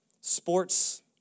sports